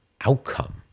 outcome